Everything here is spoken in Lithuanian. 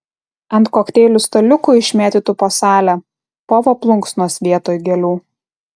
ant kokteilių staliukų išmėtytų po salę povo plunksnos vietoj gėlių